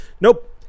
nope